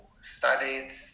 studied